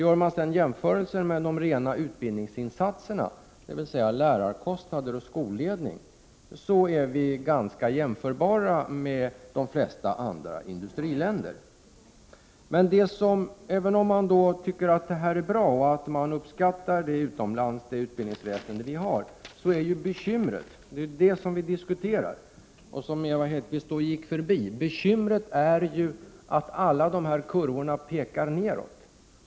Om man i stället utgår ifrån de rena utbildningsinsatserna, dvs. lärarkostnader och skolledning, är vi ganska jämförbara med de flesta andra industriländer. Även om man tycker att systemet är bra och att man utomlands uppskattar det utbildningsväsende vi har, så har vi bekymmer. Det är det vi diskuterar, men som Ewa Hedkvist Petersen gick förbi. Bekymret är att alla dessa kurvor pekar nedåt.